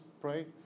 pray